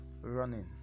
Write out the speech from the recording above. running